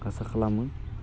आसा खालामो